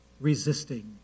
resisting